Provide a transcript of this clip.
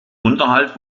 unterhalt